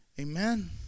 Amen